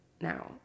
now